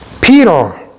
Peter